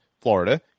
Florida